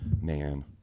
man